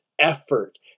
effort